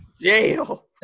Jail